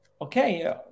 okay